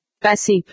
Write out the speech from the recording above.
Passive